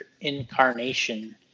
incarnation